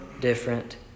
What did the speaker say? different